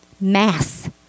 mass